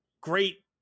great